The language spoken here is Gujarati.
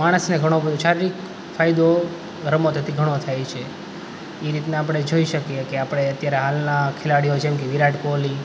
માણસને ઘણો બધો શારીરિક ફાયદો રમતથી ઘણો થાય છે એ રીતનાં આપણે જોઈ શકીએ કે આપણે અત્યારે હાલનાં ખેલાડીઓ જેમ કે વિરાટ કોહલી